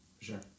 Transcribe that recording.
Sure